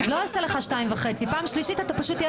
2.5. לא עושה לך 2.5. פעם שלישית אתה בחוץ